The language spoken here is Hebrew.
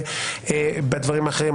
גם בדברים אחרים.